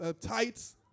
tights